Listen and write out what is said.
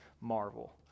marvel